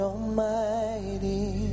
Almighty